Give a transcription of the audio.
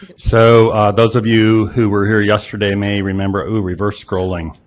so those of you who were here yesterday may remember ooh, reverse scrolling.